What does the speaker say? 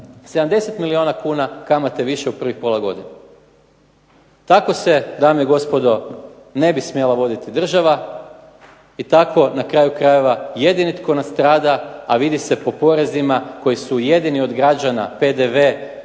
70 milijuna kuna kamate više u prvih pola godine. Tako se, dame i gospodo, ne bi smjela voditi država i tako na kraju krajeva jedini tko nastrada, a vidi se po porezima koji su jedini od građana, PDV